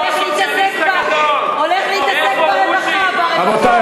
הולך להתעסק ברווחה, ברווחה.